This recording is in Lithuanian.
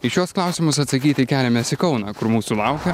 į šiuos klausimus atsakyti keliamės į kauną kur mūsų laukia